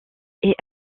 est